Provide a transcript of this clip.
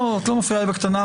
לא, את לא מפריעה לי בקטנה.